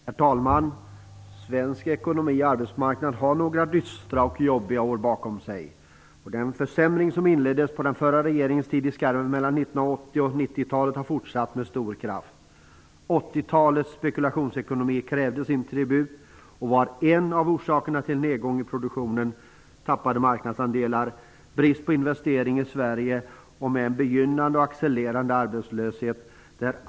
Herr talman! Svensk ekonomi och arbetsmarknad har några dystra och jobbiga år bakom sig. Den försämring som inleddes på den förra regeringens tid i skarven mellan 80 och 90-talet har fortsatt med stor kraft. 80-talets spekulationsekonomi krävde sin tribut, och det var en av orsakerna till nedgången i produktionen, tappade marknadsandelar, brist på investeringar i Sverige och till en begynnande och accelererande arbetslöshet.